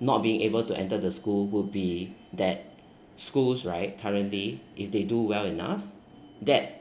not being able to enter the school would be that schools right currently if they do well enough that